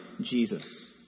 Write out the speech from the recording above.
Jesus